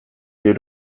due